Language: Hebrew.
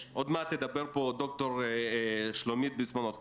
עוד מעט תדבר פה ד"ר שולמית ביסמנובסקי